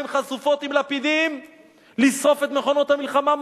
חשופות עם לפידים לשרוף את מכונות המלחמה,